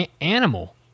Animal